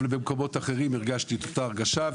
אבל במקומות אחרים הרגשתי את אותה הרגשה.